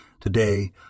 Today